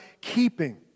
keeping